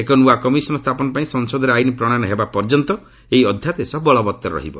ଏକ ନୂଆ କମିଶନ ସ୍ଥାପନ ପାଇଁ ସଂସଦରେ ଆଇନ ପ୍ରଣୟନ ହେବା ପର୍ଯ୍ୟନ୍ତ ଏହି ଅଧ୍ୟାଦେଶ ବଳବତ୍ତର ରହିବ